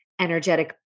energetic